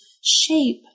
shape